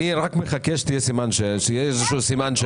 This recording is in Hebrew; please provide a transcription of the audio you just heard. אני עדיין מחכה לסימן שאלה בסוף.